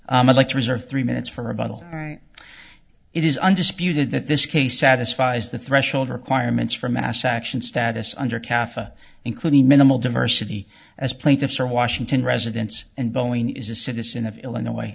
would like to reserve three minutes for a bottle it is undisputed that this case satisfies the threshold requirements for mass action status under cafe including minimal diversity as plaintiffs are washington residents and boeing is a citizen of illinois